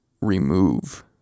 remove